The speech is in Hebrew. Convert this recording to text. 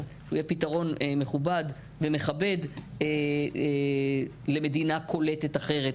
אז פתרון מכובד ומכבד למדינה קולטת אחרת.